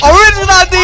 Original